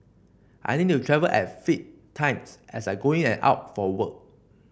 I need to travel at fixed times as I go in and out for work